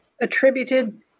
attributed